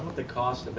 the cost